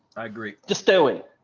i agree, just do it,